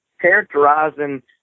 characterizing